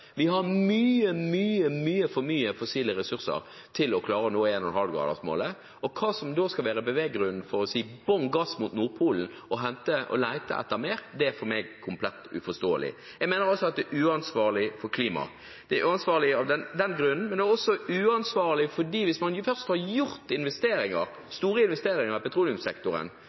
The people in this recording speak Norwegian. Vi har altfor mange fossile ressurser til å klare å nå 1,5-gradersmålet. Hva som da skal være beveggrunnen for å gi bunn gass mot Nordpolen og lete etter mer – det er for meg komplett uforståelig. Jeg mener at det er uansvarlig med tanke på klimaet, men det er uansvarlig også fordi hvis man først har gjort store investeringer i petroleumssektoren,